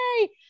yay